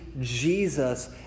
Jesus